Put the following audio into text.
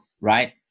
right